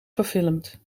verfilmd